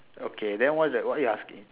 okay then what uh what you asking